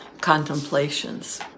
contemplations